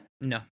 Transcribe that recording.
No